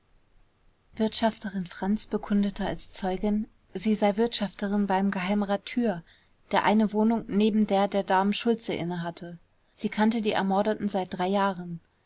wirtschafterin franz bekundete als zeugin sie sei wirtschafterin beim geheimrat thür der eine wohnung neben der der damen schultze innehatte sie kannte die ermordeten seit drei jahren